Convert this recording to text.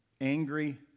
angry